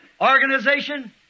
organization